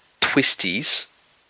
twisties